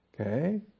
Okay